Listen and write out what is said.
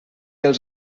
els